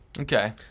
okay